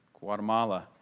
Guatemala